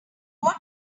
could